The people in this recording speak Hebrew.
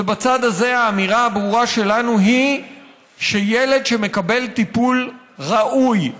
ובצד הזה האמירה הברורה שלנו היא שילד שמקבל טיפול ראוי,